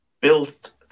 built